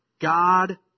God